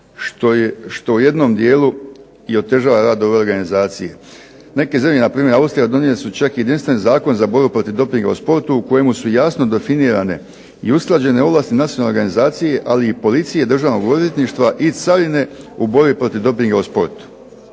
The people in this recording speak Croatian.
što u jednom dijelu otežava rad ove organizacije. Neke zemlje, na primjer Austrija donijeli su čak jedinstven Zakon za borbu protiv dopinga u sportu u kojemu su jasno definirane i usklađene ovlasti nacionalne organizacije ali i policije državnog odvjetništva i carine u borbi protiv dopinga u sportu.